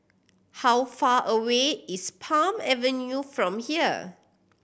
how far away is Palm Avenue from here